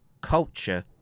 culture